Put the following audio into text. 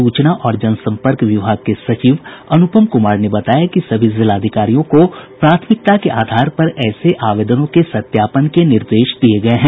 सूचना और जनसंपर्क विभाग के सचिव अनुपम कुमार ने बताया कि सभी जिलाधिकारियों को प्राथमिकता के आधार पर ऐसे आवेदनों के सत्यापन के निर्देश दिये गये हैं